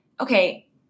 okay